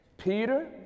Peter